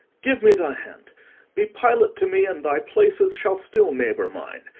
give me thy hand be pilot to me, and thy places shall still neighbour mine.